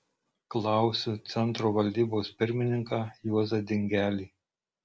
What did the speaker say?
klausiu centro valdybos pirmininką juozą dingelį